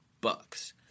bucks